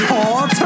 Paul